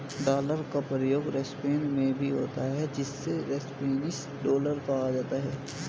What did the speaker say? dollar का प्रयोग Spain में भी होता है जिसे स्पेनिश डॉलर कहा जाता है